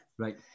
Right